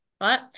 right